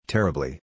Terribly